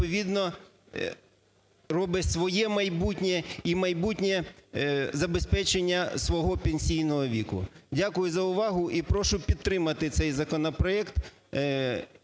відповідно робить своє майбутнє і майбутнє забезпечення свого пенсійного віку. Дякую за увагу і прошу підтримати цей законопроект.